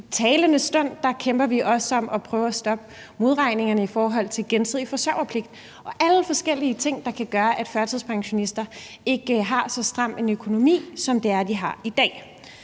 i talende stund kæmper vi også for at prøve at stoppe modregningerne i forbindelse med gensidig forsørgerpligt. Det er alle sammen forskellige ting, der kan gøre, at førtidspensionister ikke har så stram en økonomi, som de har i dag.